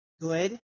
good